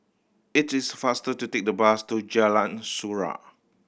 it is faster to take the bus to Jalan Surau